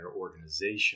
organization